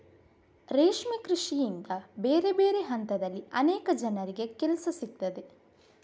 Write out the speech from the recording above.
ರೇಷ್ಮೆ ಕೃಷಿಯಿಂದ ಬೇರೆ ಬೇರೆ ಹಂತದಲ್ಲಿ ಅನೇಕ ಜನರಿಗೆ ಕೆಲಸ ಸಿಗ್ತದೆ